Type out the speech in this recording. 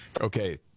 Okay